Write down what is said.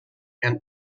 and